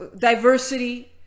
diversity